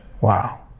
Wow